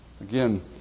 Again